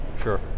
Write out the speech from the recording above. Sure